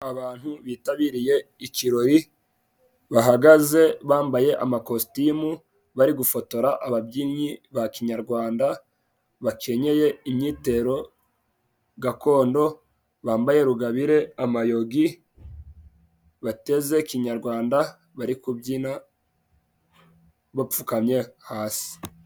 Abantu bitabiriye ikirori bahagaze bambaye amakositimu ,bari gufotora ababyinnyi ba kinyarwanda bakenyeye imyitero gakondo .Bambaye rugabire, amayogi, bateze kinyarwanda ,bari kubyina bapfukamye hasi.